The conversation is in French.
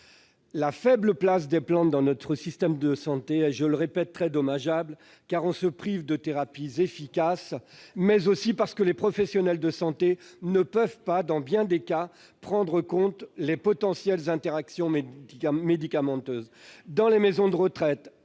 La faible place des plantes dans notre système de santé est, je le répète, très regrettable, parce que nous nous privons de thérapies efficaces, mais aussi parce que les professionnels de santé ne peuvent pas, dans bien des cas, prendre en compte les potentielles interactions médicamenteuses. Dans les maisons de retraite